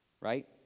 right